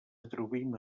atribuïm